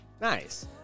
Nice